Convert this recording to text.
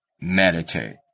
meditate